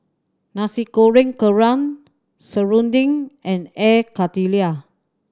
Nasi Goreng Kerang serunding and Air Karthira